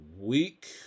week